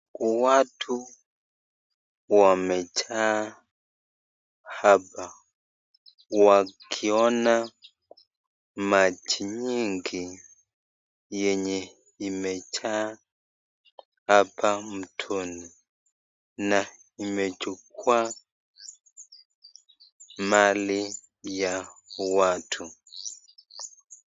Kwa watu wamejaa hapa, wakiona maji nyingi yenye imejaa hapa mtoni, na imechukua mali ya watu.